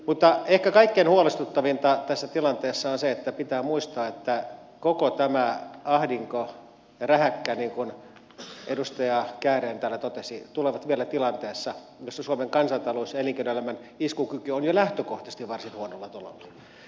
mutta ehkä kaikkein huolestuttavinta tässä tilanteessa on se että pitää muistaa että koko tämä ahdinko ja rähäkkä niin kuin edustaja kääriäinen täällä totesi tulevat vielä tilanteessa jossa suomen kansantalous ja elinkeinoelämän iskukyky ovat jo lähtökohtaisesti varsin huonolla tolalla